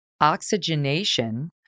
oxygenation